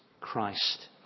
christ